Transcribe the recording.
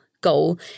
goal